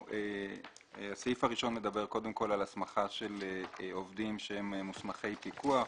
הסעיף הראשון מדבר על הסמכה של עובדים שהם מוסמכי פיקוח,